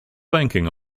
banking